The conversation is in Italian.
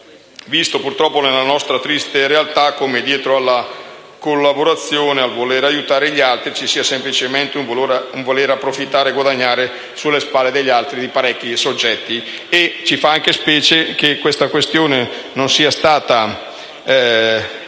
visto, purtroppo nella nostra triste realtà, come dietro alla collaborazione e al voler aiutare gli altri, ci sia semplicemente un voler approfittare e guadagnare sulle spalle di parecchi soggetti. Ci fa anche specie che questa questione non sia stata presa